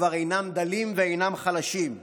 כבר אינם דלים ואינם חלשים,